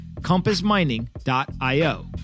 compassmining.io